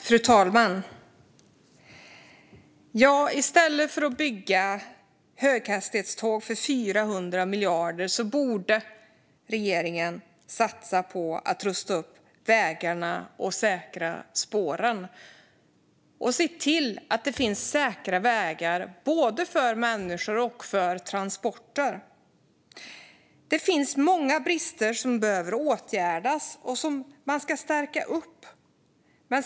Fru talman! I stället för att bygga höghastighetståg för 400 miljarder borde regeringen satsa på att rusta upp vägarna, säkra spåren och se till att det finns säkra vägar för både människor och transporter. Det finns många brister som behöver åtgärdas och där man behöver stärka upp.